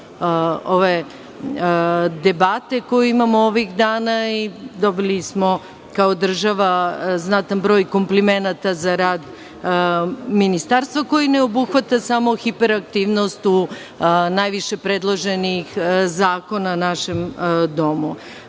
ove debate koju imamo ovih dana. Dobili smo kao država znatan broj komplimenata za rad Ministarstva, koji ne obuhvata samo hiperaktivnost u najviše predloženih zakona u našem domu. Pred